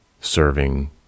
serving